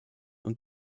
und